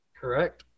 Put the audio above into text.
Correct